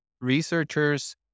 researchers